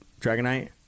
Dragonite